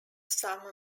some